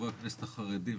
חברי הכנסת החרדים,